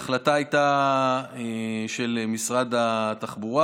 ההחלטה הייתה של משרד התחבורה,